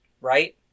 Right